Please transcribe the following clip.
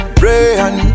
brain